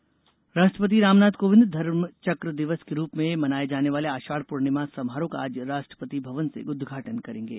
धर्मचक दिवस राष्ट्रपति राम नाथ कोविंद धर्म चक्र दिवस के रूप में मनाए जाने वाले आषाढ़ पूर्णिमा समारोहों का आज राष्ट्रपति भवन से उदघाटन करेंगे